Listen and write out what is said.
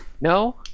No